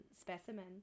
specimen